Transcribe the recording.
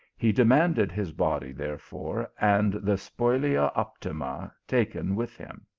he demanded his body therefore, and the spolia opima taken with him.